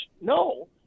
No